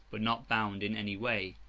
but not bound in any way.